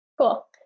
Cool